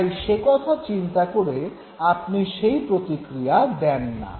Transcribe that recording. তাই সে কথা চিন্তা করে আপনি সেই প্রতিক্রিয়া দেন না